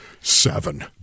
Seven